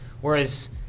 Whereas